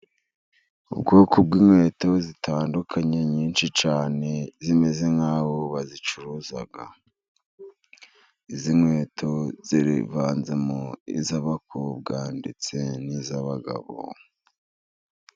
Ubwoko bw'inkweto zitandukanye nyinshi cyane，zimeze nk'aho bazicuruza. Izi nkweto zivanzemo iz'abakobwa， ndetse n'iz'abagabo.